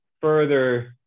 further